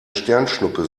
sternschnuppe